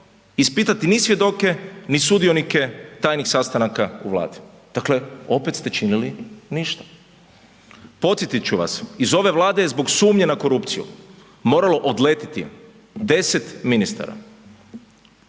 ispitati ni svjedoke ni sudionike tajnih sastanaka u Vladi. Dakle, opet ste činili ništa. Podsjetit ću vas, iz ove Vlade je zbog sumnje na korupciju moralo odletiti 10 ministara.